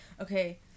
okay